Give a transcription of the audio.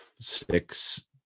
six